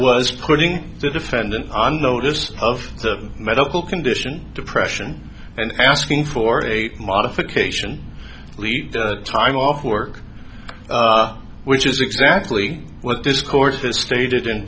was putting the defendant on notice of the medical condition depression and asking for a modification leave her time off work which is exactly what this course is stated in